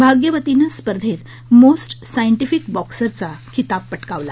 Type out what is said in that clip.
भाग्यवतीने स्पर्धेत most scientific बॉक्सरचा किताब पटकावला